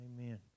Amen